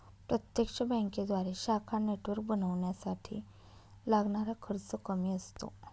प्रत्यक्ष बँकेद्वारे शाखा नेटवर्क बनवण्यासाठी लागणारा खर्च कमी असतो